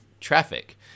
traffic